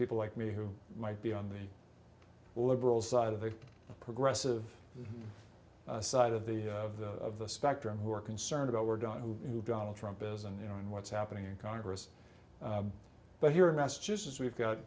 people like me who might be on the liberal side of the progressive side of the of the of the spectrum who are concerned about we're done who donald trump is and you know and what's happening in congress but here in massachusetts we've got